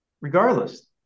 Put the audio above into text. Regardless